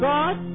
God